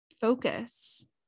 focus